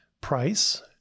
price